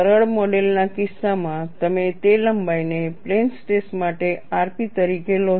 સરળ મોડેલ ના કિસ્સામાં તમે તે લંબાઈને પ્લેન સ્ટ્રેસ માટે rp તરીકે લો છો